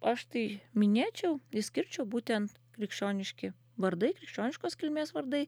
aš tai minėčiau išskirčiau būtent krikščioniški vardai krikščioniškos kilmės vardai